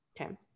Okay